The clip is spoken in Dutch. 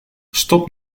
stop